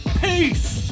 peace